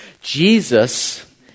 Jesus